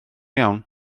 iawn